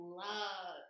love